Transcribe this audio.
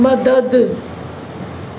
मदद